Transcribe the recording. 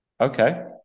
Okay